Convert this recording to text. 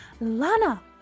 Lana